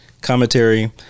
commentary